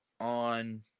on